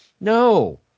no